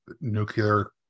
nuclear